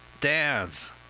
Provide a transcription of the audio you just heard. Dance